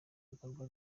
ibikorwa